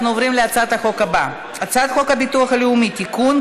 אנחנו עוברים להצעת החוק הבאה: הצעת חוק הביטוח הלאומי (תיקון,